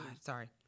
sorry